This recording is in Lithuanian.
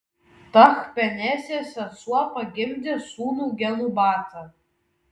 tachpenesės sesuo pagimdė sūnų genubatą